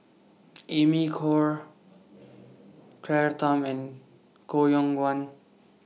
Amy Khor Claire Tham and Koh Yong Guan